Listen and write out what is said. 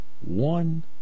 one